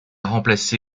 remplacé